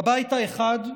הבית האחד,